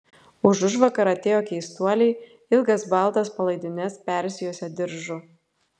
užužvakar atėjo keistuoliai ilgas baltas palaidines persijuosę diržu